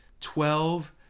Twelve